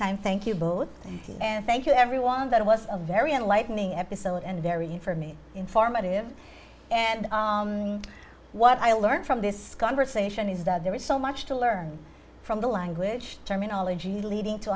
meantime thank you both and thank you everyone that it was a very enlightening episode and very for me informative and what i learned from this conversation is that there is so much to learn from the language terminology leading to